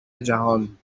جهان